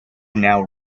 now